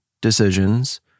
decisions